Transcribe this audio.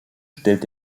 stellt